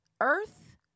Earth